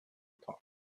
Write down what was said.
thought